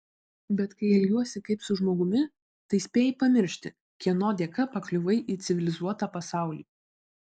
bet kai elgiuosi kaip su žmogumi tai spėjai pamiršti kieno dėka pakliuvai į civilizuotą pasaulį